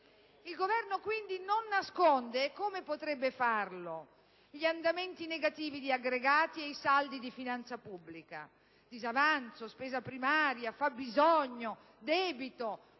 Il Governo quindi non nasconde (e come potrebbe farlo?) gli andamenti negativi di aggregati e i saldi di finanza pubblica: disavanzo, spesa primaria, fabbisogno, debito,